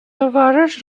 towarzysz